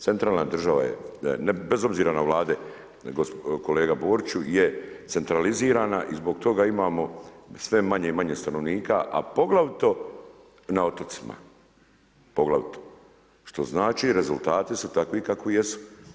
Centralna država je bez obzira na Vlade kolega Boriću je centralizirana i zbog toga imamo sve manje i manje stanovnika, a poglavito na otocima, poglavito što znači rezultati su takvi kakvi jesu.